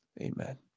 Amen